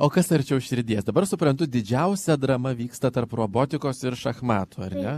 o kas arčiau širdies dabar suprantu didžiausia drama vyksta tarp robotikos ir šachmatų ar ne